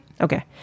Okay